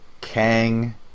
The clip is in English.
kang